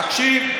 תקשיב.